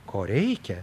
ko reikia